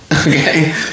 okay